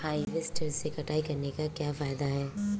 Harvester से कटाई करने से क्या फायदा है?